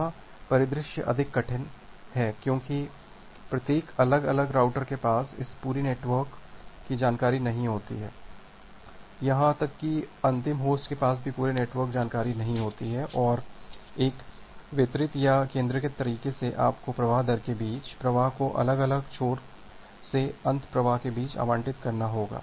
यहां परिदृश्य अधिक कठिन है क्योंकि प्रत्येक अलग अलग राउटर के पास इस पूरी नेटवर्क की जानकारी नहीं होती है यहां तक कि अंतिम होस्ट के पास भी पूरी नेटवर्क जानकारी नहीं होती और एक वितरित या विकेंद्रीकृत तरीके से आपको प्रवाह दर के बीच प्रवाह को अलग अलग छोर से अंत प्रवाह के बीच आवंटित करना होगा